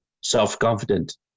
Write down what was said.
self-confident